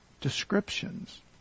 descriptions